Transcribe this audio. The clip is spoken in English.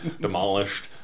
demolished